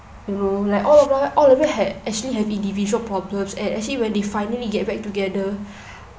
you know like all of us all of them had actually have individual problems and actually when they finally get back together